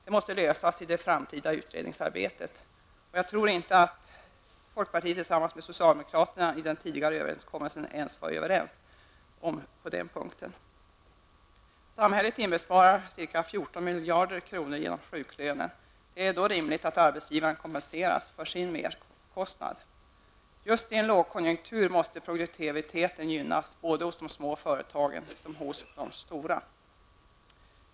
Det måste lösas i det framtida utredningsarbetet. Jag tror att folkpartiet och socialdemokraterna i den tidigare överenskommelsen inte var överens på den punkten. Samhället inbesparar ca 14 miljarder kronor genom sjuklönen. Det är då rimligt att arbetsgivaren kompenseras för sin merkostnad. Just i en lågkonjunktur måste produktiviteten gynnas både hos de små företagen och hos de stora.